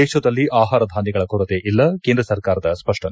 ದೇಶದಲ್ಲಿ ಆಹಾರ ಧಾನ್ಯಗಳ ಕೊರತೆ ಇಲ್ಲ ಕೇಂದ್ರ ಸರ್ಕಾರದ ಸ್ಪಷ್ಟನೆ